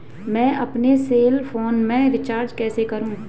मैं अपने cell phone में रिचार्ज कैसे करूँ?